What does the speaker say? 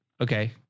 okay